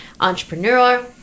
entrepreneur